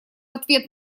ответ